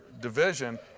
division